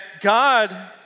God